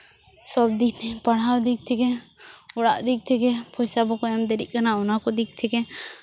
ᱥᱚᱵᱽ ᱫᱤᱠ ᱛᱷᱮᱠᱮ ᱯᱟᱲᱦᱟᱣ ᱫᱤᱠ ᱛᱷᱮᱠᱮ ᱚᱲᱟᱜ ᱫᱤᱠ ᱛᱷᱮᱠᱮ ᱯᱚᱭᱥᱟ ᱵᱟᱠᱚ ᱮᱢ ᱫᱟᱲᱮᱜ ᱠᱟᱱᱟ ᱚᱱᱟ ᱠᱚ ᱫᱤᱠ ᱛᱷᱮᱠᱮ